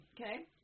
Okay